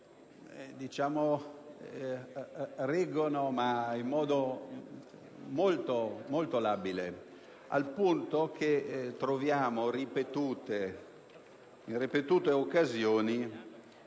reggono in modo molto labile, al punto che troviamo ripetuto in